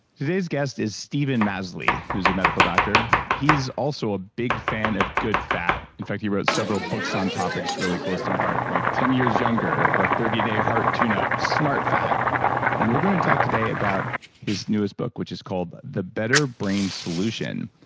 today's guest is steven masley, who is a medical doctor. he's also a big fan of good fat. in fact, he wrote several books on topics really close to my heart like ten years younger the thirty day heart tune up smart fat and we're going to talk today about his newest book, which is called the better brain solution.